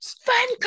fun